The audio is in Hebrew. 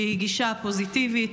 שהיא גישה פוזיטיבית,